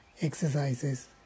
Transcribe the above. exercises